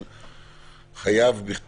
עלול לסכן את חייו, ביטחונו,